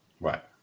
Right